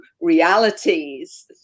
realities